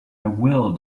will